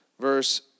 verse